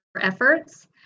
efforts